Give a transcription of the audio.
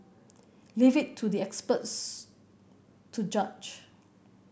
leave it to the experts to judge